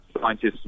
scientists